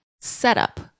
setup